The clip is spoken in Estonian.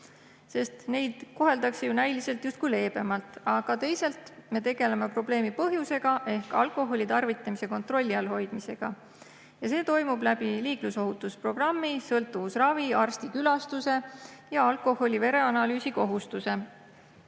sest neid koheldakse justkui leebemalt. Aga teisalt me tegeleme probleemi põhjusega ehk alkoholi tarvitamise kontrolli all hoidmisega. See toimub liiklusohutusprogrammi, sõltuvusravi, arsti külastuse ja alkoholi vereanalüüsi kohustuse